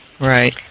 Right